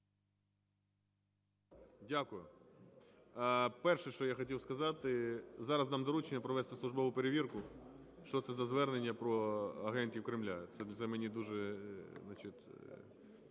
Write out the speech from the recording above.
Дякую. Перше, що я хотів сказати. Зараз дам доручення провести службову перевірку, що це за звернення про "агентів Кремля", це мене дуже